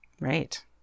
Right